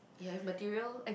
you have material